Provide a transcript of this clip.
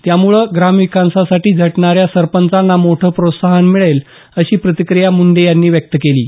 यामुळं ग्रामविकासासाठी झटणाऱ्या सरपंचांना मोठं प्रोत्साहन मिळेल अशी प्रतिक्रीया मुंडे यांनी व्यक्त केली आहे